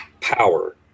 power